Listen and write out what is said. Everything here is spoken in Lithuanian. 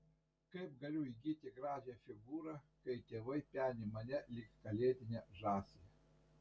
kaip galiu įgyti gražią figūrą kai tėvai peni mane lyg kalėdinę žąsį